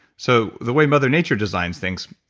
so the way mother nature designs things.